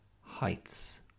Heights